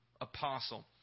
apostle